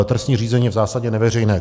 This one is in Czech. Trestní řízení je v zásadě neveřejné.